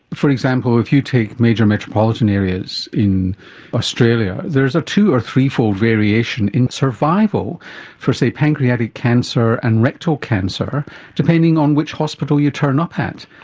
for example, if you take major metropolitan areas in australia, there's a two or threefold variation in survival for, say, pancreatic cancer and rectal cancer depending on which hospital you turn up at.